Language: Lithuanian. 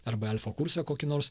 arba alfa kursą kokį nors